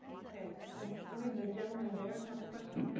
ok, i believe the gentleman there had a question.